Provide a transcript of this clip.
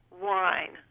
wine